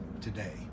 today